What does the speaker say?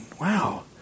wow